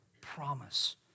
promise